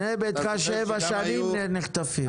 בנה ביתך שבע שנים נחטפים.